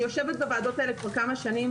אני יושבת בוועדות האלה כבר כמה שנים.